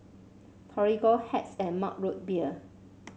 Torigo Hacks and Mug Root Beer